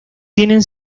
tienen